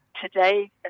Today